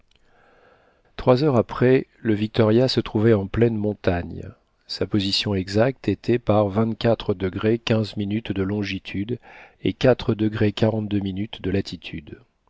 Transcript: trois heures après le victoria se trouvait en pleines montagnes sa position exacte était par de longitude et de latitude